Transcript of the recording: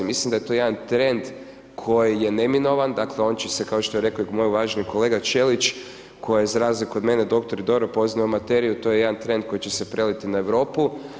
Mislim da je to jedan trend koji je neminovan, dakle on će se kao što je rekao i moj uvaženi kolega Ćelić, koji je ... kod mene i doktori dobro poznaju materiju i to je jedan trend koji će se preliti na Europu.